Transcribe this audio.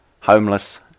homeless